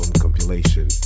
compilation